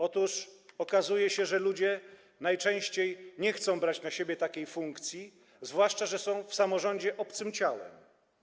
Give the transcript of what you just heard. Otóż okazuje się, że ludzie najczęściej nie chcą brać na siebie takiej funkcji, zwłaszcza że są w samorządzie obcym ciałem.